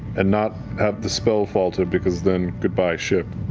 and not have the spell falter because then, goodbye ship.